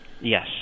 Yes